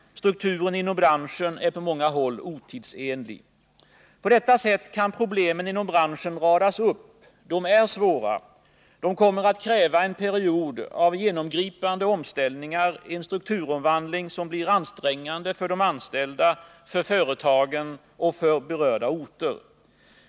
Strukturen inom branschen är på många håll otidsenlig. På detta sätt kan problemen inom branschen radas upp. De är svåra. De kommer att kräva en period av genomgripande omställningar, en strukturomvandling som blir ansträngande för de anställda, för företagen och för de berörda orterna.